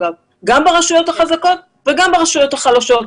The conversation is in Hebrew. גם ברשויות החזקות וגם ברשויות החלשות.